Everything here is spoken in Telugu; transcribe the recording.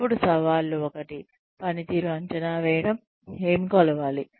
అప్పుడు సవాళ్లు ఒకటి పనితీరును అంచనా వేయడం ఏమి కొలవాలి